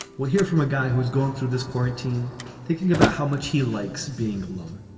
we'll hear from a guy who has gone through this quarantine thinking about how much he likes being alone